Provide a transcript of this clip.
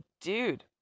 dude